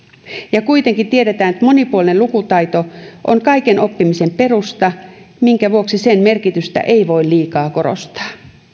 ja kuitenkin tiedetään että monipuolinen lukutaito on kaiken oppimisen perusta minkä vuoksi sen merkitystä ei voi liikaa korostaa